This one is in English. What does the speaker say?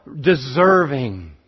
deserving